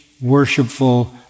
worshipful